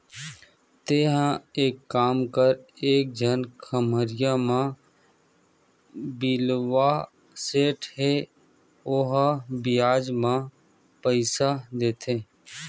तेंहा एक काम कर एक झन खम्हरिया म बिलवा सेठ हे ओहा बियाज म पइसा देथे